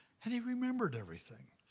and he remembered everything.